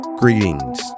Greetings